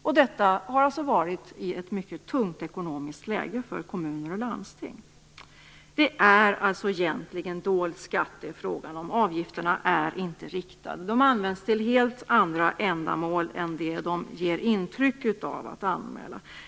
Här har det alltså rått ett mycket tungt ekonomiskt läge för kommuner och landsting. Det är alltså egentligen dold skatt det är frågan om - avgifterna är inte riktade. De används till helt andra ändamål än vad de ger intryck av.